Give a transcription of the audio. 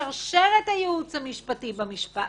אתם לא רוצים יועץ משפטי שיגיד לכם שאתם מפרים חוק,